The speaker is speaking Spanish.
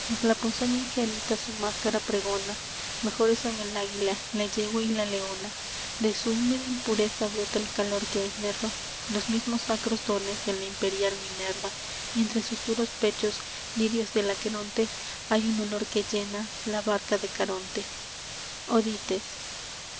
la ponzoña ingénita su máscara pregona mejores son el águila la yegua y la leona de su húmeda impureza brota el calor que enerva los mismos sacros dones de la imperial minerva y entre sus duros pechos lirios del aqueronte hay un olor que llena la barca de caronte odites